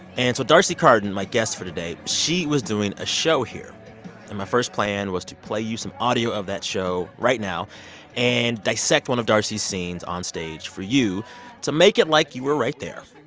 and so d'arcy carden, my guest for today, she was doing a show here. and my first plan was to play you some audio of that show right now and dissect one of d'arcy's scenes onstage for you to make it like you were right there.